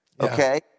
okay